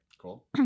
Cool